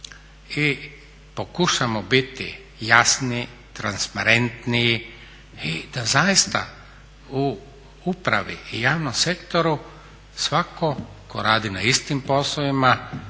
i pokušamo biti jasniji, transparentniji i da zaista u upravi i javnom sektoru svatko tko radi na istim poslovima